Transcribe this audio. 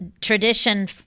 tradition